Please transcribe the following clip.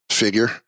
Figure